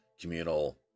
communal